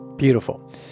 Beautiful